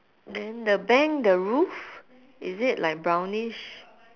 then the bank the roof is it like brownish